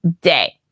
day